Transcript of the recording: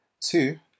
Two